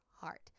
heart